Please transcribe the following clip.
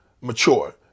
mature